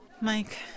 Mike